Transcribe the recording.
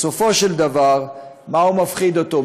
בסופו של דבר, מה מפחיד אותו?